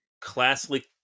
classically